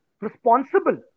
responsible